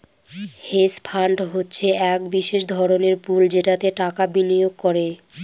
hedge fund হচ্ছে এক বিশেষ ধরনের পুল যেটাতে টাকা বিনিয়োগ করে